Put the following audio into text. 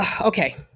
Okay